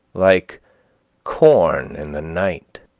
like corn in the night,